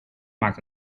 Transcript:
maakt